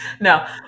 no